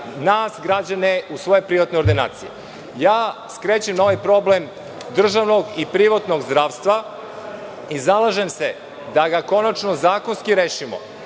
nas građane u svoje privatne ordinacije. Skrećem pažnju na ovaj problem državnog i privatnog zdravstva i zalažem se da ga konačno zakonskim rešimo,